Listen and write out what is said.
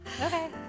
Okay